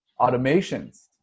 automations